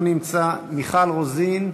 אינו נמצא, מיכל רוזין,